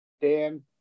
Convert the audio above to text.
Dan